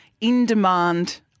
in-demand